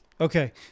Okay